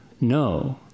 No